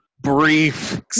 brief